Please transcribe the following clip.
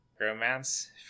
romance